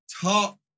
Top